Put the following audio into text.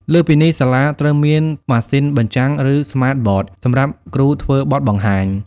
លើសពីនេះសាលាត្រូវមានម៉ាស៊ីនបញ្ចាំង ឬ Smart Boards សម្រាប់គ្រូធ្វើបទបង្ហាញ។